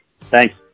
Thanks